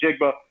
Jigba